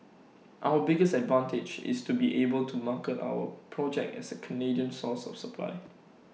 our biggest advantage is to be able to market our project as A Canadian source of supply